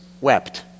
wept